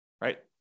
right